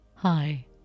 Hi